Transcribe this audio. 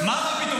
מה "מה פתאום"?